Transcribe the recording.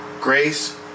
Grace